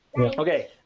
okay